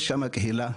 יש שם קהילה,